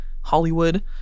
Hollywood